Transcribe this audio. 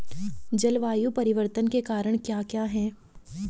जलवायु परिवर्तन के कारण क्या क्या हैं?